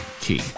key